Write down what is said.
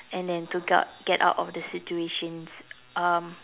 and then to got get out of the situation um